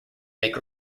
make